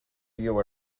you